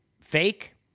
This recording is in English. fake